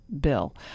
bill